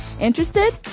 Interested